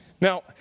Now